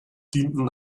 dienten